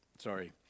Sorry